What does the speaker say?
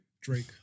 Drake